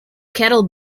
cattle